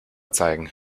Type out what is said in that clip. zeigen